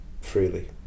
freely